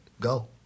go